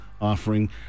offering